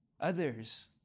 Others